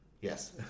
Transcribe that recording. Yes